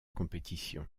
compétition